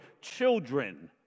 children